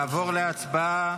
נעבור להצבעה